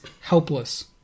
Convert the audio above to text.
helpless